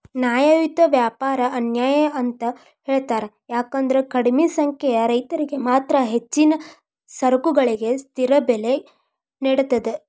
ನ್ಯಾಯಯುತ ವ್ಯಾಪಾರ ಅನ್ಯಾಯ ಅಂತ ಹೇಳ್ತಾರ ಯಾಕಂದ್ರ ಕಡಿಮಿ ಸಂಖ್ಯೆಯ ರೈತರಿಗೆ ಮಾತ್ರ ಹೆಚ್ಚಿನ ಸರಕುಗಳಿಗೆ ಸ್ಥಿರ ಬೆಲೆ ನೇಡತದ